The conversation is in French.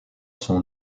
son